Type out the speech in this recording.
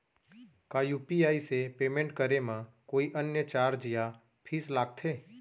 का यू.पी.आई से पेमेंट करे म कोई अन्य चार्ज या फीस लागथे?